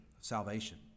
salvation